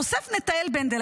חושף נטעאל בנדל,